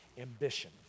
Ambition